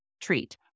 treat